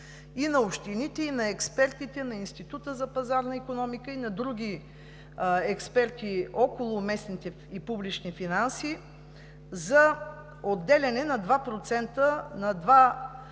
и на общините, и на експертите, и на Института за пазарна икономика, и на други експерти около местните и публичните финанси за отделяне на два